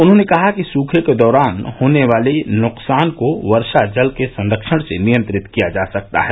उन्होंने कहा कि सुखे के दौरान होने वाले नुकसान को वर्षा जल के संरक्षण से नियंत्रित किया जा सकता है